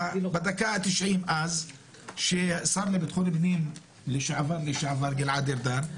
בדקה ה-90 אז שהשר לביטחון הפנים לשעבר-לשעבר גלעד ארדן,